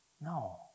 No